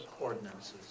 ordinances